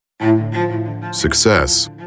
Success